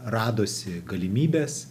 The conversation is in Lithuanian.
radosi galimybės